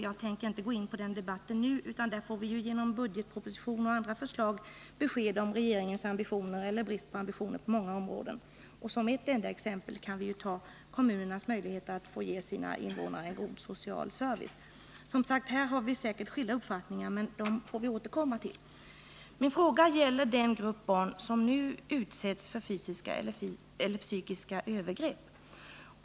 Jag tänker inte gå in på den debatten nu, utan där får vi ju genom budgetpropositionen och andra förslag besked om regeringens ambitioner eller brist på ambitioner på många områden. Som ett enda exempel kan vi ta kommunernas möjligheter att få ge sina invånare god social service. Som sagt: Här har vi säkert skilda uppfattningar, men dessa får vi återkomma till. Min fråga gäller den grupp barn som nu utsätts för fysiska eller psykiska övergrepp.